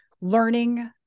learning